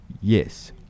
yes